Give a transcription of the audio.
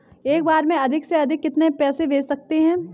एक बार में अधिक से अधिक कितने पैसे भेज सकते हैं?